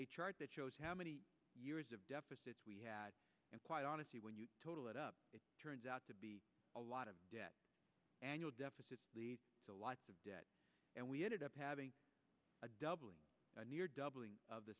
a chart that shows how many years of deficits we had and quite honestly when you total it up it turns out to be a lot of debt annual deficit a lot of debt and we ended up having a doubling near doubling of the